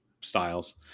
styles